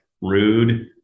rude